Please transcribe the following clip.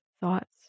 thoughts